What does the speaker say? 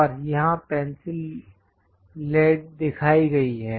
और यहां pencil lead दिखाई गई हैं